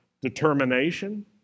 determination